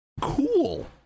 Cool